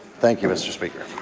thank you, mr. speaker.